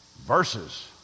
verses